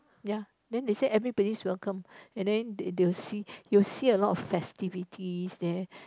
ya then they say everybody welcome and then they they will see they will see a lot of facilities there